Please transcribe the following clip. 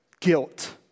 guilt